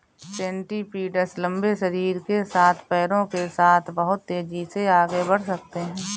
centipedes लंबे शरीर के साथ पैरों के साथ बहुत तेज़ी से आगे बढ़ सकते हैं